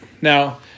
Now